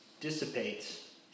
dissipates